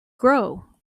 grow